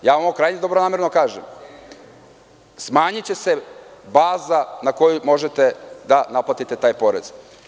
Ja vam ovokrajnje dobronamerno kažem, smanjiće se baza na koju možete da naplatite taj porez.